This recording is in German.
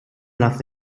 lassen